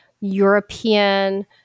European